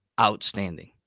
outstanding